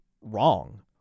wrong